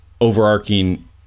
overarching